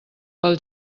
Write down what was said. pel